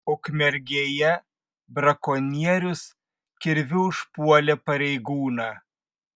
ukmergėje brakonierius kirviu užpuolė pareigūną